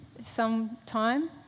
sometime